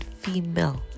female